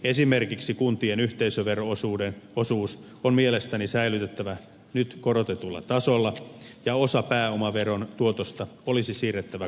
esimerkiksi kuntien yhteisövero osuus on mielestäni säilytettävä nyt korotetulla tasolla ja osa pääomaveron tuosta olisi siirrettävä kunnille